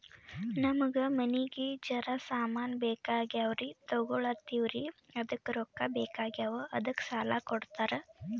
ನಮಗ ಮನಿಗಿ ಜರ ಸಾಮಾನ ಬೇಕಾಗ್ಯಾವ್ರೀ ತೊಗೊಲತ್ತೀವ್ರಿ ಅದಕ್ಕ ರೊಕ್ಕ ಬೆಕಾಗ್ಯಾವ ಅದಕ್ಕ ಸಾಲ ಕೊಡ್ತಾರ?